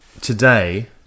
today